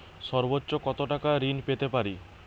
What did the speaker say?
সর্বোচ্চ কত টাকা ঋণ পেতে পারি?